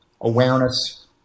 awareness